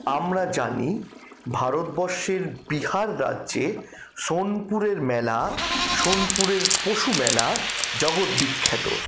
আমরা জানি ভারতবর্ষের বিহার রাজ্যে শোনপুরের মেলা শোনপুরের পশু মেলা জগৎ বিখ্যাত